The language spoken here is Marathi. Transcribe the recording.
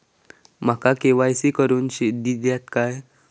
माका के.वाय.सी करून दिश्यात काय?